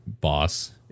boss